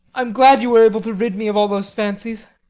i'm glad you were able to rid me of all those fancies.